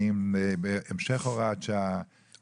האם בהמשך הוראת שעה,